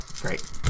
Great